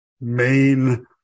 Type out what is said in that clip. main –